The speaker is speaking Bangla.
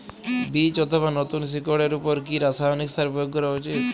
বীজ অথবা নতুন শিকড় এর উপর কি রাসায়ানিক সার প্রয়োগ করা উচিৎ?